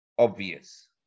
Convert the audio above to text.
obvious